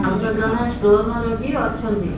ଆମର ଜଣେ ଷ୍ଟୋନ୍ ରୋଗୀ ଅଛନ୍ତି